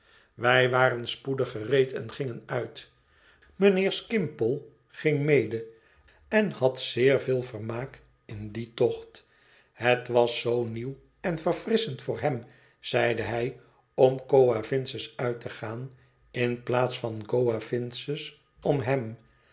wij waren spoedig gereed en gingen uit mijnheer skimpole ging mede en had zeer veel vermaak in dien tocht plet was zoo nieuw en verfrisschend voor hem zeide hij om coavinses uit te gaan in plaats van coavinses om hem